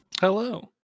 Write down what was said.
Hello